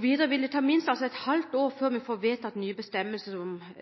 vil videre ta minst et halvt år før vi får vedtatt nye bestemmelser,